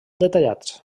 detallats